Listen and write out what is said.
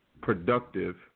productive